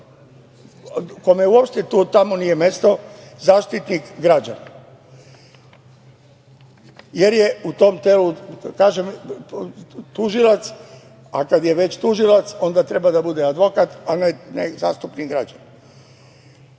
kome uopšte tamo nije mesto, Zaštitnik građana, jer je u tom telu tužilac, a kada je već tužilac onda treba da bude advokat, a ne Zaštitnik građana.